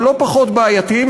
אבל לא פחות בעייתיים,